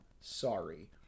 Sorry